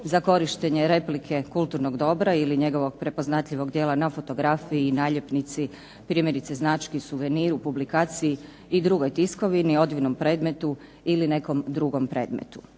za korištenje replike kulturnog dobra ili njegovog prepoznatljivog djela na fotografiji, naljepnici, primjerice znački, suveniru, publikaciji i drugoj tiskovini, odjevnom predmetu ili nekom drugom predmetu.